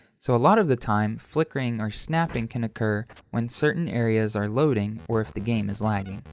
so a lot of the time, flickering or snapping can occur when certain areas are loading or if the game is lagging.